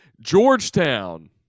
Georgetown